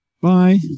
Bye